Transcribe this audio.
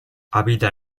habita